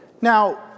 Now